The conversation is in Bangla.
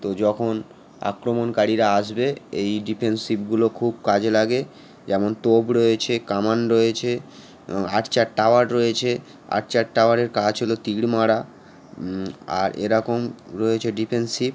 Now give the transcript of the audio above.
তো যখন আক্রমণকারীরা আসবে এই ডিফেন্সিভগুলো খুব কাজে লাগে যেমন তোপ রয়েছে কামান রয়েছে এবং আর্চার টাওয়ার রয়েছে আর্চার টাওয়ারের কাজ হলো তীর মারা আর এরকম রয়েছে ডিফেন্সিভ